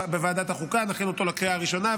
הסדרי החוק לא השתנו בין הפעם הקודמת לפעם